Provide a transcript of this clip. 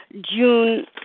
June